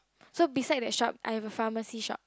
so beside that shop I have a pharmacy shop